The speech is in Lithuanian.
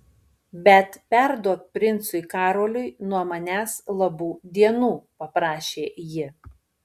bet perduok princui karoliui nuo manęs labų dienų paprašė ji